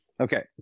Okay